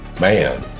Man